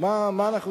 מה אנחנו עושים.